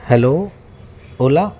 hello ola